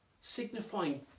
signifying